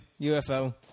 UFO